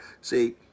see